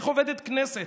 איך עובדת כנסת,